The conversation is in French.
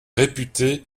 réputé